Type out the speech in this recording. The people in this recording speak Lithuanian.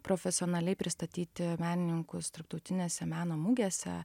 profesionaliai pristatyti menininkus tarptautinėse meno mugėse